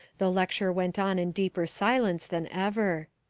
the lecture went on in deeper silence than ever.